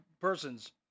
persons